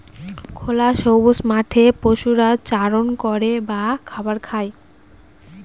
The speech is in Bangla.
খোলা সবুজ মাঠে পশুরা চারণ করে বা খাবার খায়